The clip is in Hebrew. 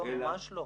ממש לא.